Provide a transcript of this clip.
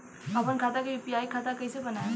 आपन खाता के यू.पी.आई खाता कईसे बनाएम?